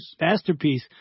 Masterpiece